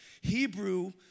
Hebrew